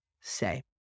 say